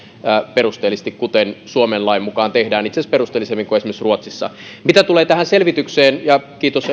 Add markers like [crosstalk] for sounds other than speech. perusteellisesti kuten suomen lain mukaan tehdään itse asiassa perusteellisemmin kuin esimerkiksi ruotsissa mitä tulee tähän selvitykseen ja kiitos [unintelligible]